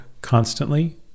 constantly